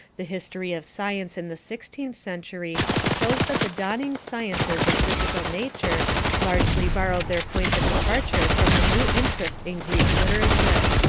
the history of science in the sixteenth century shows that the dawning sciences of physical nature largely borrowed their points of departure from the new interest in greek literature.